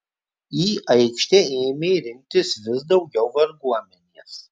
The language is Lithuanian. į aikštę ėmė rinktis vis daugiau varguomenės